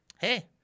Hey